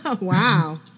wow